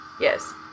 Yes